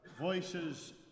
voices